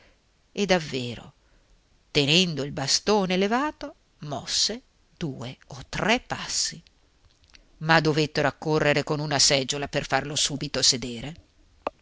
e davvero tenendo il bastone levato mosse due o tre passi ma dovettero accorrere con una seggiola per farlo subito sedere